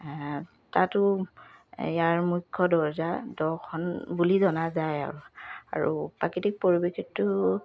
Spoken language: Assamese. তাতো ইয়াৰ মুখ্য দৰ্জা দহখন বুলি জনা যায় আৰু আৰু প্ৰাকৃতিক পৰিৱেশতো